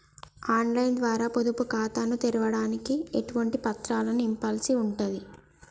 On line ద్వారా పొదుపు ఖాతాను తెరవడానికి ఎటువంటి పత్రాలను నింపాల్సి ఉంటది?